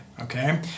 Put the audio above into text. okay